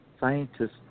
scientists